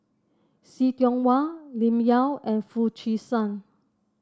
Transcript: See Tiong Wah Lim Yau and Foo Chee San